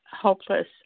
hopeless